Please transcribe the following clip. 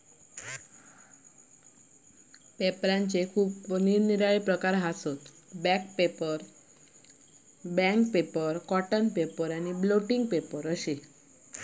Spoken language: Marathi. पेपराचे निरनिराळे प्रकार हत, bank paper, cotton paper, blotting paper अशे